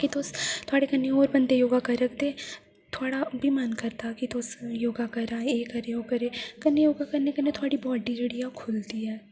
की तुस थुआढ़े कन्नै होर बंदे योगा करा दे ते थुआढ़ा बी मन करदा कि तुस योगा करो एह् करेओ ओह् करेओ कन्नै योगा करने कन्नै थुआढ़ी बॉडी जेह्ड़ी ऐ ओह् खु'ल्लदी ऐ